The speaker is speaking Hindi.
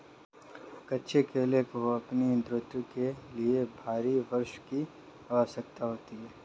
कच्चे केले को अपनी वृद्धि के लिए भारी वर्षा की आवश्यकता होती है